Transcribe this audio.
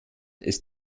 ist